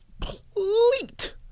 complete